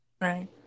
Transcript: Right